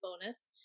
bonus